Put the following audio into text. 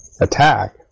attack